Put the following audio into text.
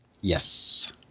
Yes